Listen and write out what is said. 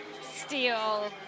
Steel